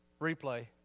replay